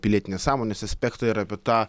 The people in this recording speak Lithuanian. pilietinės sąmonės aspektą ir apie tą